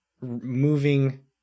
moving